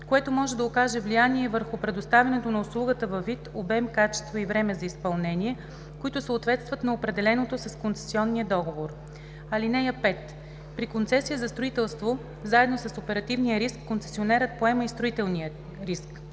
което може да окаже влияние върху предоставянето на услугата във вид, обем, качество и време за изпълнение, които съответстват на определеното с концесионния договор. (5) При концесия за строителство заедно с оперативния риск концесионерът поема и строителния риск.